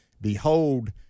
behold